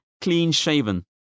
clean-shaven